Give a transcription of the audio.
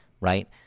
right